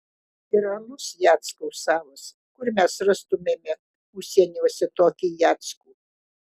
ir alus jackaus savas kur mes rastumėme užsieniuose tokį jackų